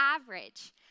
average